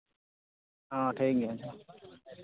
ᱦᱮᱸ ᱴᱷᱤᱠ ᱜᱮᱭᱟ